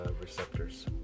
receptors